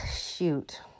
shoot